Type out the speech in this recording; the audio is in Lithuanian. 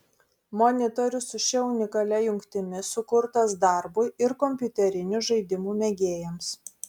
monitorius su šia unikalia jungtimi sukurtas darbui ir kompiuterinių žaidimų mėgėjams